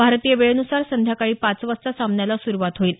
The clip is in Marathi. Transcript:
भारतीय वेळेनुसार संध्याकाळी पाच वाजता सामन्याला सुरुवात होईल